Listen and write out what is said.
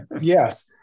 Yes